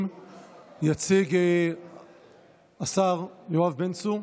יציג השר יואב בן צור,